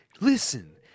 Listen